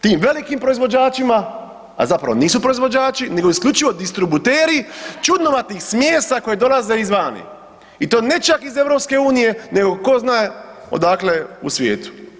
Tim velikim proizvođačima, a zapravo nisu proizvođači nego isključivo distributeri čudnovatih smjesa koje dolaze izvani i to ne čak iz EU nego tko zna odakle u svijetu.